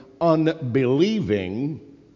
unbelieving